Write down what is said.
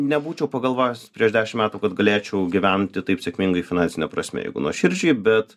nebūčiau pagalvojęs prieš dešimt metų kad galėčiau gyventi taip sėkmingai finansine prasme jeigu nuoširdžiai bet